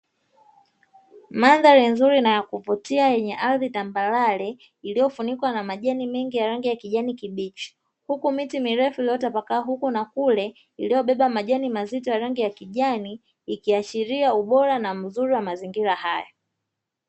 Mandhari nzuri na ya kuvutia yenye ardhi ya tambarare iliyofunikwa na majani mengi ya rangi ya kijani kibichi, huku miti mirefu iliyotapakaa huku na kule iliyobeba majani mazito ya rangi ya kijani ikiashiria ubora mzuri wa mazingira hayo.